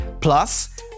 Plus